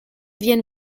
vienne